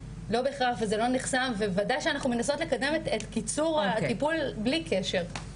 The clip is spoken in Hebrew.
אנחנו מנסות לקדם את קיצור הטיפול בלי קשר.